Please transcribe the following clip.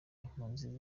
impunzi